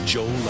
Joe